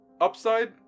upside